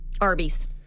Arby's